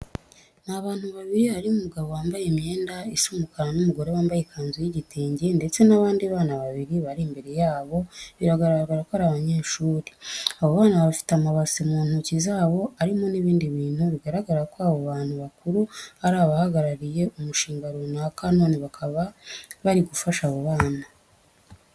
Ni abantu babiri harimo umugabo wambaye imyenda isa umukara n'umugore wambaye ikanzu y'igitenge ndetse n'abandi bana babiri bari imbere yabo, biragaragara ko ari abanyeshuri. Abo bana bafite amabase mu ntoki zabo arimo n'ibindi bintu, bigaragara ko abo bantu bakuru ari abahagarariye umushinga runaka, none bakaba bari gufasha abo bana.